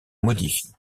modifie